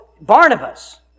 Barnabas